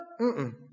mm-mm